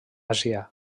àsia